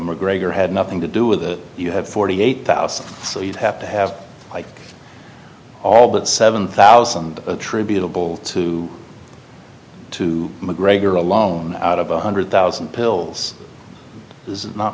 mcgregor had nothing to do with it you have forty eight thousand so you'd have to have like all that seven thousand attributable to two mcgregor alone out of one hundred thousand pills is